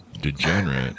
degenerate